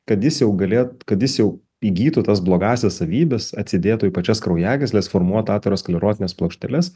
kad jis jau galėt kad jis jau įgytų tas blogąsias savybes atsidėtų į pačias kraujagysles formuot aterosklerozines plokšteles